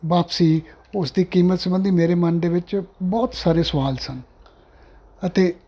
ਵਾਪਸੀ ਉਸਦੀ ਕੀਮਤ ਸਬੰਧੀ ਮੇਰੇ ਮਨ ਦੇ ਵਿੱਚ ਬਹੁਤ ਸਾਰੇ ਸਵਾਲ ਸਨ ਅਤੇ